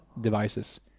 devices